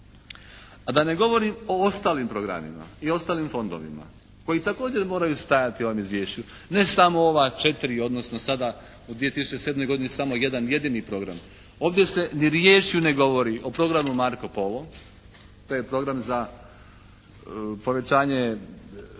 A da ne govorim o ostalim programima i ostalim fondovima koji također moraju stajati u ovom izvješću, ne samo ova četiri, odnosno sada u 2007. godini samo jedan jedini program. Ovdje se ni riječju govori o programu Marco Polo. To je program za povećanje